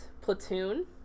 Platoon